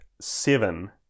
seven